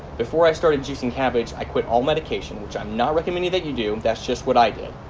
before i started juicing cabbage i quit all medication, which i'm not recommending that you do, that's just what i did.